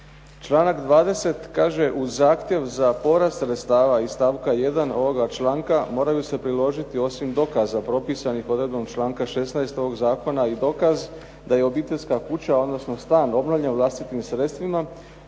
Članak 20. kaže: “Uz zahtjev za povrat sredstava iz stavka 1. ovoga članka moraju se priložiti osim dokaza propisanih odredbom članka 16. ovog zakona i dokaz da je obiteljska kuća, odnosno stan obnovljen vlastitim sredstvima